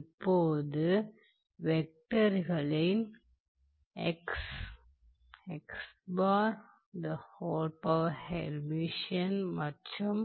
இப்போது வெக்டர்ளின் மற்றும்